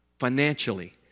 financially